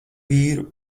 vīru